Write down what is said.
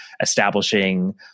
establishing